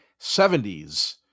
70s